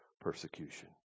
persecution